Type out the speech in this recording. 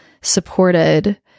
supported